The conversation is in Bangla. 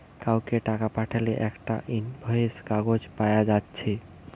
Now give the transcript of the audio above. কাউকে টাকা পাঠালে একটা ইনভয়েস কাগজ পায়া যাচ্ছে